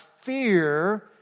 fear